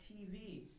TV